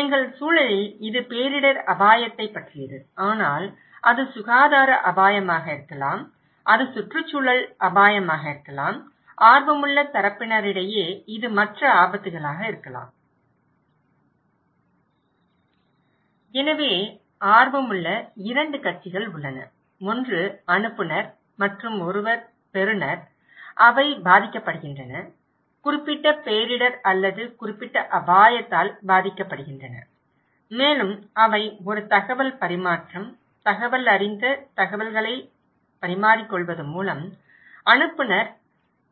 எங்கள் சூழலில் இது பேரிடர் அபாயத்தைப் பற்றியது ஆனால் அது சுகாதார அபாயமாக இருக்கலாம் அது சுற்றுச்சூழல் அபாயமாக இருக்கலாம் ஆர்வமுள்ள தரப்பினரிடையே இது மற்ற ஆபத்துகளாக இருக்கலாம் எனவே ஆர்வமுள்ள இரண்டு கட்சிகள் உள்ளன ஒன்று அனுப்புநர் மற்றும் ஒருவர் பெறுநர் அவை பாதிக்கப்படுகின்றன குறிப்பிட்ட பேரிடர் அல்லது குறிப்பிட்ட அபாயத்தால் பாதிக்கப்படுகின்றன மேலும் அவை ஒரு தகவல் பரிமாற்றம் தகவலறிந்த தகவல்களை பரிமாறிக்கொள்வது மூலம் அனுப்புநர்